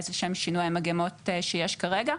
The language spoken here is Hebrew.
לאיזה שהם שינויי מגמות שיש כרגע.